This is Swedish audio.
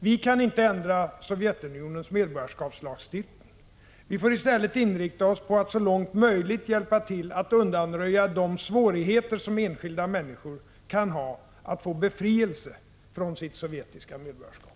Vi kan inte ändra Sovjetunionens medborgarskapslagstiftning. Vi får i stället inrikta oss på att så långt möjligt hjälpa till att undanröja de svårigheter som enskilda människor kan ha att få befrielse från sitt sovjetiska medborgarskap.